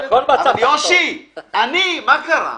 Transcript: מה קרה?